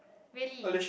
really